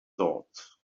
thoughts